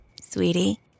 Sweetie